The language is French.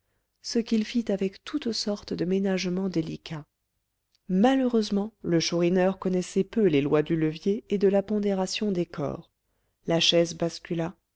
ce qu'il fit avec toute sorte de ménagements délicats malheureusement le chourineur connaissait peu les lois du levier et de la pondération des corps la chaise bascula